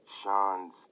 Sean's